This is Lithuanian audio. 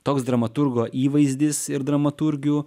toks dramaturgo įvaizdis ir dramaturgių